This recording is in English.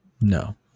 No